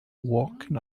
walking